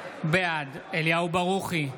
בעד אליהו ברוכי,